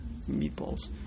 meatballs